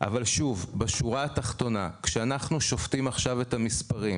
אני יודע שהועברה התייחסות כתובה לבקשת יושבת-ראש